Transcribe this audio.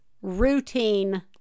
routine